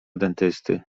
dentysty